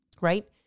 Right